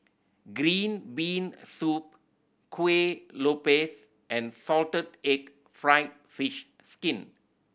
green bean soup Kuih Lopes and salted egg fried fish skin